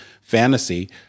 fantasy